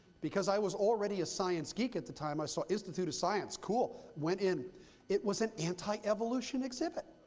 because i was already a science geek at the time, i saw institute of science, cool. went in it was an anti-evolution exhibit.